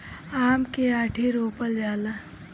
आम के आंठी रोपल जाला